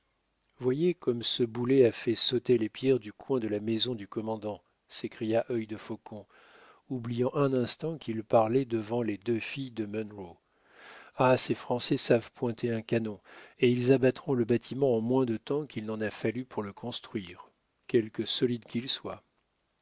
voyez comme ce boulet a fait sauter les pierres du coin de la maison du commandant s'écria œil de faucon oubliant un instant qu'il parlait devant les deux filles de munro ah ces français savent pointer un canon et ils abattront le bâtiment en moins de temps qu'il n'en a fallu pour le construire quelque solide qu'il soit